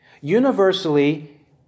Universally